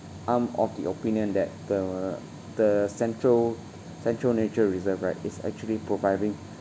I'm of the opinion that the the central central nature reserve right is actually providing